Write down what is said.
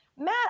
Matt